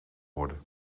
worden